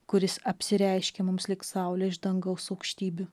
kuris apsireiškė mums lyg saulė iš dangaus aukštybių